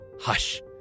hush